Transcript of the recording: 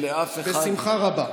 אין לאף אחד, בשמחה רבה.